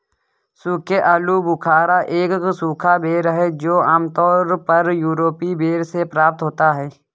सूखे आलूबुखारा एक सूखा बेर है जो आमतौर पर यूरोपीय बेर से प्राप्त होता है